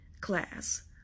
class